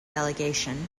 delegation